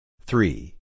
three